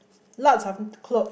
lots of clothes